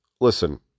listen